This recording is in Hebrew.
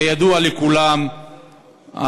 כידוע לכולם,